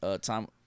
time